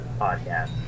podcast